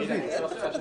אני לא מבין.